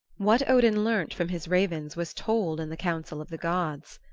what odin learnt from his ravens was told in the council of the gods.